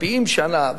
מקפיאים שנה,